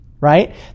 right